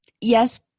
Yes